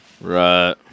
Right